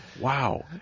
Wow